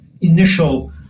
initial –